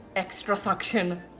extra suction.